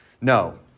No